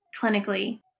clinically